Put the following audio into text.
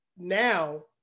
now